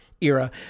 era